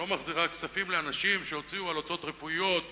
או לא מחזירה כספים לאנשים שהוציאו על הוצאות רפואיות,